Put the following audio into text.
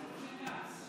היושב-ראש.